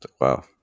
Wow